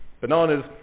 bananas